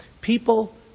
People